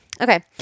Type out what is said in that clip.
Okay